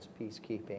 peacekeeping